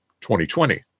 2020